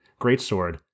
Greatsword